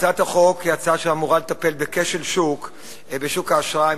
הצעת החוק אמורה לטפל בכשל שוק בשוק האשראי.